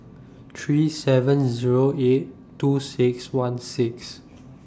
three seven Zero eight two six one six